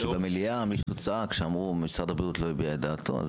כי במליאה מישהו צעק שמשרד הבריאות לא הביע את דעתו.